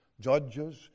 judges